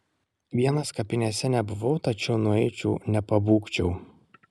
vienas kapinėse nebuvau tačiau nueičiau nepabūgčiau